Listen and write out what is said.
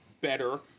better